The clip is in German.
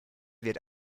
wird